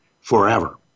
forever